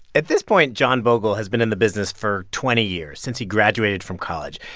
at this point, john bogle has been in the business for twenty years since he graduated from college.